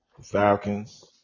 Falcons